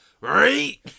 right